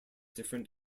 different